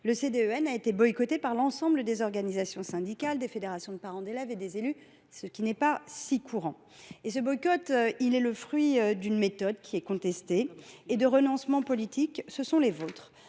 ayant été boycottée par l’ensemble des organisations syndicales, des fédérations de parents d’élèves et des élus, ce qui n’est pas si courant. Ce boycott est le fruit d’une méthode contestée et de renoncements politiques : ceux